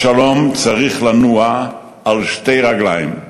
השלום צריך לנוע על שתי רגליים: